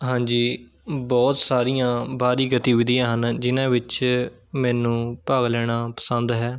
ਹਾਂਜੀ ਬਹੁਤ ਸਾਰੀਆਂ ਬਾਹਰੀ ਗਤੀਵਿਧੀਆਂ ਹਨ ਜਿਹਨਾਂ ਵਿੱਚ ਮੈਨੂੰ ਭਾਗ ਲੈਣਾ ਪਸੰਦ ਹੈ